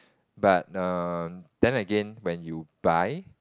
but um then again when you buy